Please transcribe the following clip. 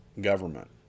government